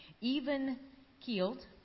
even-keeled